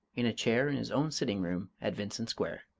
in a chair in his own sitting-room at vincent square.